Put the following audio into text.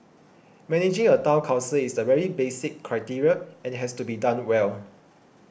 managing a Town Council is the very basic criteria and has to be done well